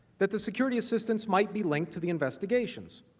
that the security assistance might be linked to the investigation.